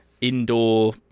indoor